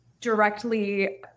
directly